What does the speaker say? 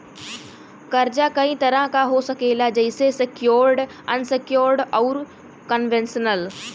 कर्जा कई तरह क हो सकेला जइसे सेक्योर्ड, अनसेक्योर्ड, आउर कन्वेशनल